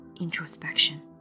introspection